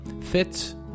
Fits